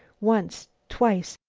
once, twice,